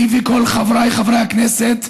אני וכל חבריי חברי הכנסת,